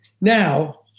Now